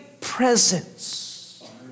presence